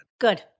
Good